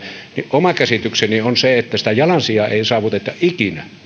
oma käsitykseni on se että sitä jalansijaa ei saavuteta ikinä